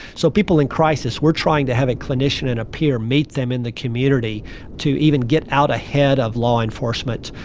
so people in crisis, we're trying to have a clinician and a peer meet them in the community to even get out ahead of law enforcement,